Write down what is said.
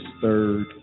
third